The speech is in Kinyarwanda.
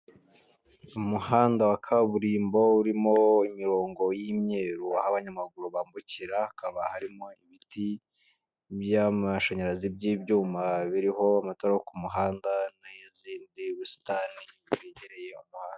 Umuhanda wa kaburimbo urimo imirongo y'imyeru, aho abanyamaguru bambukira hakaba harimo ibiti by'amashanyarazi by'ibyuma biriho amatara yo ku muhanda n'izindi, ubusitani bwegereye umuhanda.